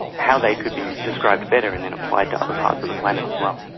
how they could be described better and then applied to other parts of the planet as well.